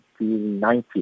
1990